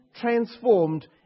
transformed